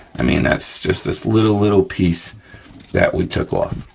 i mean, that's just this little, little piece that we took off,